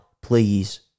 please